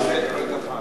רגע אחד.